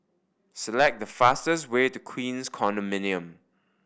select the fastest way to Queens Condominium